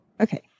Okay